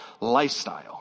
lifestyle